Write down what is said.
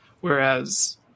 Whereas